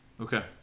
Okay